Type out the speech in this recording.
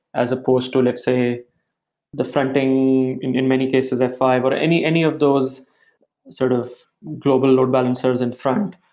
as opposed to let's say the fronting, in many cases f five, or any any of those sort of global load balancers in front.